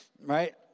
right